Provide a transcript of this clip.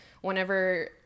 whenever